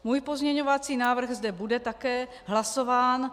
Můj pozměňovací návrh zde bude také hlasován.